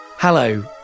Hello